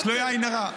שלא יהיה עין הרע.